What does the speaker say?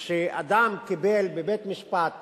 שאדם קיבל בבית-משפט